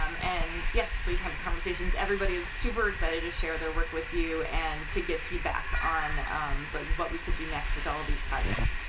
um and yes, please have conversations. everybody is super excited to share their work with you, and to get feedback on like what we could do next with all of these projects.